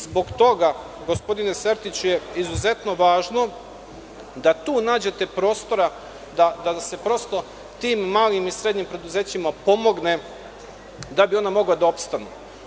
Zbog toga je, gospodine Sertiću, izuzetno važno da tu nađete prostora i da se tim malim i srednjim preduzećima pomogne, kako bi mogli da opstanu.